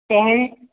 कहू